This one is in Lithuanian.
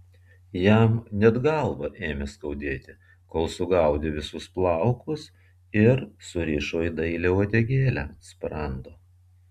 jam net galvą ėmė skaudėti kol sugaudė visus plaukus ir surišo į dailią uodegėlę ant sprando